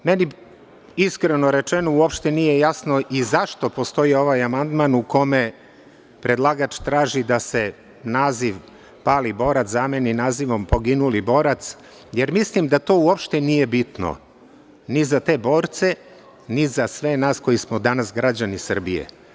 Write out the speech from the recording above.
Iskreno rečeno, meni uopšte nije jasno i zašto postoji ovaj amandman u kome predlagač traži da se naziv „pali borac“ zameni nazivom „poginuli borac“, jer mislim da to uopšte nije bitno ni za te borce, ni za sve nas koji smo danas građani Srbije.